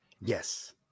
Yes